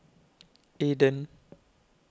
Aden